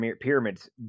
pyramids